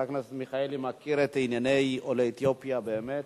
חבר הכנסת מיכאלי מכיר את ענייני עולי אתיופיה באמת,